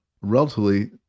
relatively